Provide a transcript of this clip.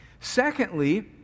Secondly